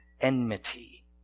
enmity